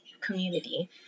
community